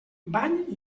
bany